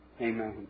Amen